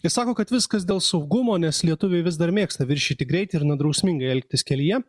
ir sako kad viskas dėl saugumo nes lietuviai vis dar mėgsta viršyti greitį ir nedrausmingai elgtis kelyje